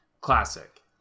Classic